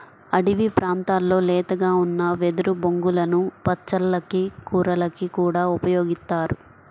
అడివి ప్రాంతాల్లో లేతగా ఉన్న వెదురు బొంగులను పచ్చళ్ళకి, కూరలకి కూడా ఉపయోగిత్తారు